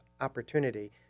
opportunity